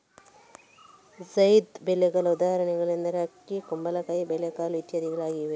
ಝೈದ್ ಬೆಳೆಗಳ ಉದಾಹರಣೆಗಳು ಎಂದರೆ ಅಕ್ಕಿ, ಕುಂಬಳಕಾಯಿ, ಬೇಳೆಕಾಳುಗಳು ಇತ್ಯಾದಿಗಳು ಆಗಿವೆ